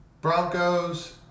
Broncos